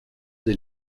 des